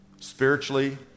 spiritually